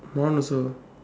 my one also